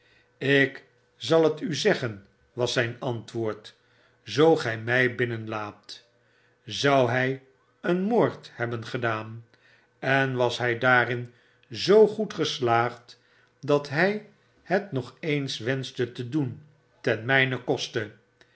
ik zal het u zeggen was zp antwoord zoo gfi my binnenlaat zou hfl een moord hebben gedaan en was hij daarin zoo goed geslaagd dat hij het nog eens wenschte te doen ten mgnen koste